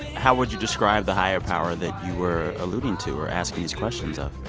how would you describe the higher power that you were alluding to or asking these questions of?